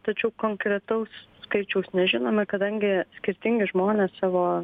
tačiau konkretaus skaičiaus nežinome kadangi skirtingi žmonės savo